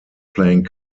playing